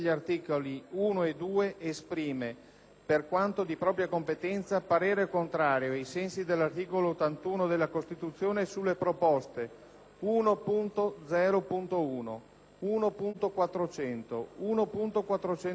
per quanto di propria competenza, parere contrario, ai sensi dell'articolo 81 della Costituzione, sulle proposte 1.0.1, 1.400, 1.401, 1.0.3,